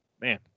man